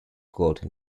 called